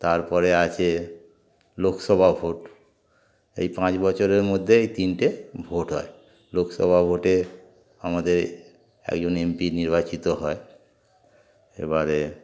তারপরে আছে লোকসভা ভোট এই পাঁচ বছরের মধ্যে এই তিনটে ভোট হয় লোকসভা ভোটে আমাদের একজন এম পি নির্বাচিত হয় এবারে